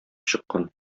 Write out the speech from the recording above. чыккан